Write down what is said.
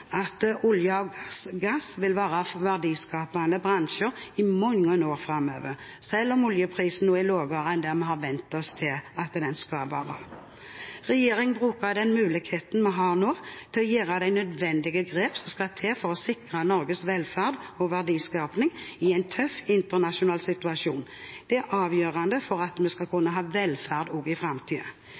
at olje og gass vil være verdiskapende bransjer i mange år framover, selv om oljeprisen nå er lavere enn vi har vent oss til at den skal være. Regjeringen bruker muligheten vi har nå til å gjøre de nødvendige grep som skal til for å sikre Norges velferd og verdiskaping i en tøff internasjonal situasjon. Det er avgjørende for at vi skal kunne ha velferd også i